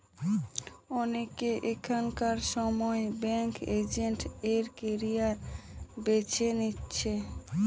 অনেকে এখনকার সময় ব্যাঙ্কিং এজেন্ট এর ক্যারিয়ার বেছে নিচ্ছে